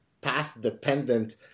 path-dependent